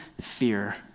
fear